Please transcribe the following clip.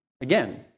again